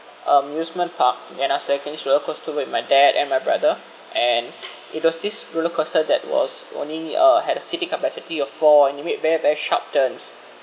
amusement park when I was taking this roller coaster with my dad and my brother and it was this roller coaster that was only uh had a sitting capacity of four and it made very very sharp turns